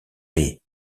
haye